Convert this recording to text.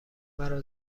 مرا